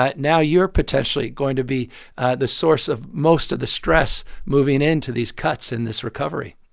ah now you're potentially going to be the source of most of the stress moving into these cuts in this recovery